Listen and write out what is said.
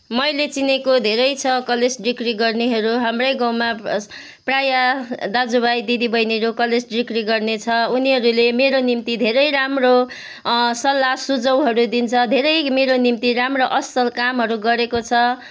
मैले चिनेको धेरै छ कलेज डिग्री गर्नेहरू हाम्रै गाउँमा प्राय दाजुभाइ दिदी बहिनीहरू कलेज डिग्री गर्ने छ उनीहरूले मेरो निम्ति धेरै राम्रो सल्लाह सुझाउहरू दिन्छ धेरै मेरो निम्ति राम्रो असल कामहरू गरेको छ